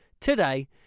today